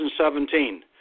2017